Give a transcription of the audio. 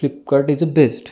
Flipkart is best